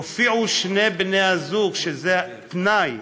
הופיעו שני בני הזוג, שזה תנאי,